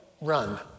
run